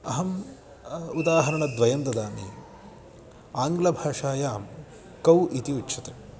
अहम् उदाहरणद्वयं ददामि आङ्ग्लभाषायां कौ इति उच्यते